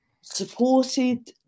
supported